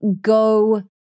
go